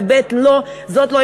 וב' לא.